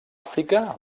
àfrica